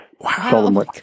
Wow